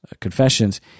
confessions